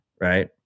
right